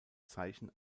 zeichen